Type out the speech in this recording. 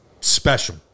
special